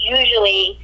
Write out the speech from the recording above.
usually